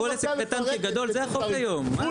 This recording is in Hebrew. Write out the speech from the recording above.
זה על כל עסק קטן כגדול זה החוק היום,